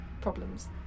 problems